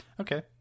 Okay